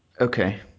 Okay